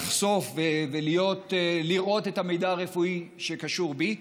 לחשוף ולראות את המידע הרפואי שקשור בי,